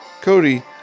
Cody